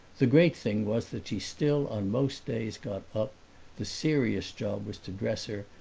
the great thing was that she still on most days got up the serious job was to dress her,